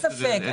אין ספק.